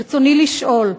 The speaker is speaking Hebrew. רצוני לשאול: